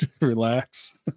relax